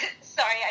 Sorry